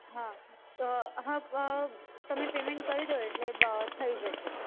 હા તો હા તમે પેમેન્ટ કરી દો એટલે થઈ જશે